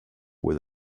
with